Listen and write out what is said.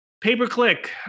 pay-per-click